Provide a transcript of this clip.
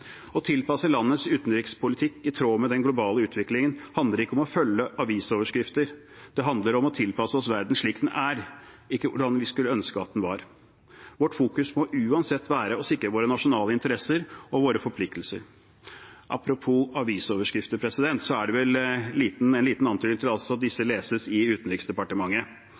Å tilpasse landets utenrikspolitikk i tråd med den globale utviklingen handler ikke om å følge avisoverskrifter; det handler om å tilpasse oss verden slik den er, ikke hvordan vi skulle ønske at den var. Vårt fokus må uansett være å sikre våre nasjonale interesser og våre forpliktelser. Apropos avisoverskrifter, så er det vel liten antydning til at disse også leses i Utenriksdepartementet.